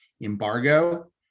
embargo